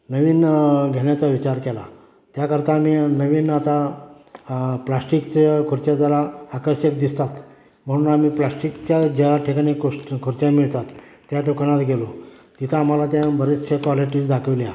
नवीन घेण्याचा विचार केला त्याकरता आम्ही नवीन आता प्लास्टिकच्या खुर्च्या जरा आकर्षक दिसतात म्हणून आम्ही प्लास्टिकच्या ज्या ठिकाणी कुश खुर्च्या मिळतात त्या दुकानात गेलो तिथं आम्हाला त्या बरेचशे कॉलिटीज दाखविल्या